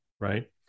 Right